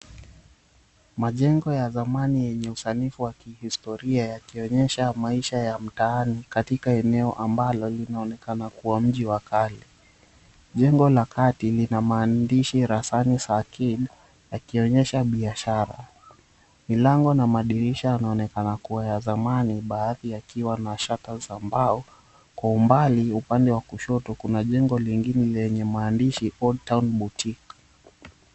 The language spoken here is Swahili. Majengo ya zamani yenye usanifu wa kihistoria yakionyesha maisha ya mtaani katika eneo ambalo linaonekana kuwa mji wa kale. Jengo la kati lina maandishi Rasanis Arcade yakionyesha biashara. Milango na madirisha yanaonekana kuwa ya zamani baadhi yakiwa na shata za mbao. Kwa umbali upande wa kushoto kuna jengo lingine lenye maandishi Old Town Boutique.